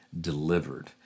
delivered